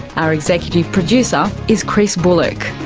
our executive producer is chris bullock,